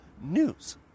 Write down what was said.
news